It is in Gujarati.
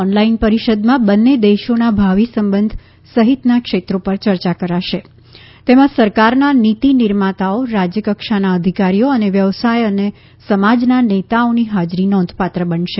ઓનલાઈન પરિષદમાં બંને દેશોના ભાવિ સંબંધ સહિતના ક્ષેત્રો પર ચર્ચા કરશે તેમાં સરકારના નીતિ નિર્માતાઓ રાજ્ય કક્ષાના અધિકારીઓ અને વ્યવસાય અને સમાજના નેતાઓની હાજરી નોધપાત્ર બનશે